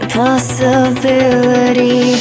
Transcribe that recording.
possibility